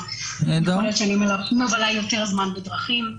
יכול להיות שאני מבלה יותר זמן בדרכים.